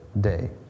day